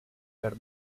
per